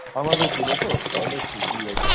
আমাদের চেনে তো তাহলে ঠিকই আছে